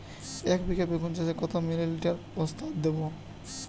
একবিঘা বেগুন চাষে কত মিলি লিটার ওস্তাদ দেবো?